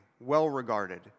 well-regarded